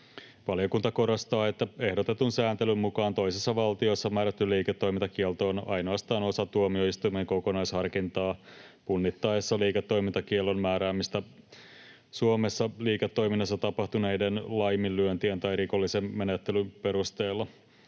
Valiokunta korostaa, että ehdotetun sääntelyn mukaan toisessa valtiossa määrätty liiketoimintakielto on ainoastaan osa tuomioistuimen kokonaisharkintaa punnittaessa liiketoimintakiellon määräämistä Suomessa liiketoiminnassa tapahtuneiden laiminlyöntien tai rikollisen menettelyn perusteella.